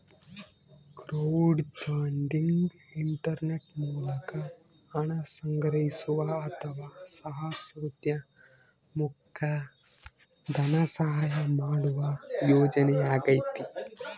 crowdfunding internet ಮೂಲಕ ಹಣ ಸಂಗ್ರಹಿಸುವ ಅಥವಾ ಸಾಹಸೋದ್ಯಮುಕ್ಕ ಧನಸಹಾಯ ಮಾಡುವ ಯೋಜನೆಯಾಗೈತಿ